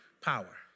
power